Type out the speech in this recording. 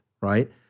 right